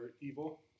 evil